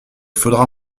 faudra